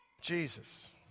Jesus